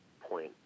point